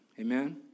amen